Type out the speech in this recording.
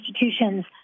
institutions